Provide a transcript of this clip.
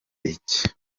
ibiki